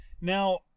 Now